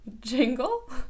Jingle